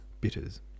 bitters